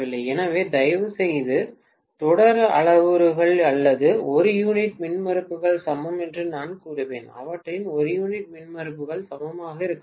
எனவே தயவுசெய்து தொடர் அளவுருக்கள் அல்லது ஒரு யூனிட் மின்மறுப்புகள் சமம் என்று நான் கூறுவேன் அவற்றின் ஒரு யூனிட் மின்மறுப்புகள் சமமாக இருக்க வேண்டும்